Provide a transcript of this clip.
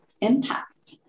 impact